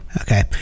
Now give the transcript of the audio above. okay